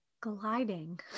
gliding